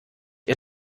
ihr